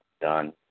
done